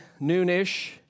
noonish